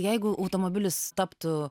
jeigu automobilis taptų